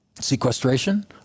sequestration